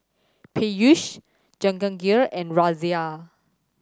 Peyush Jahangir and Razia